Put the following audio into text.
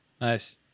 Nice